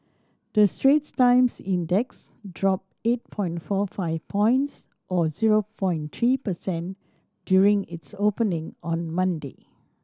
the Straits Times Index dropped eight point four five points or zero point three percent during its opening on Monday